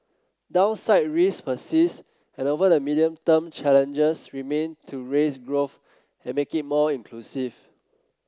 downside risks persist and over the medium term challenges remain to raise growth and make it more inclusive